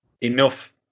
enough